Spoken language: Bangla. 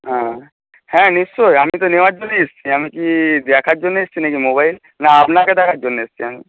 হ্যাঁ হ্যাঁ নিশ্চয়ই আমি তো নেওয়ার জন্যই এসেছি আমি কি দেখার জন্য এসেছি নাকি মোবাইল না আপনাকে দেখার জন্যে এসেছি আমি